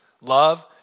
Love